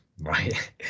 right